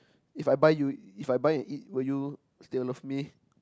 if I buy you if I buy and eat will you still love me